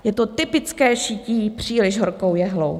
Je to typické šití příliš horkou jehlou.